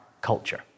culture